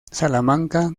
salamanca